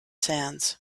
sands